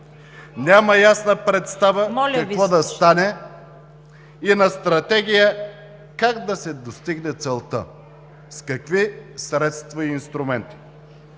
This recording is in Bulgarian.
Няма ясна представа какво да стане и на стратегия как да се достигне целта, с какви средства и инструменти.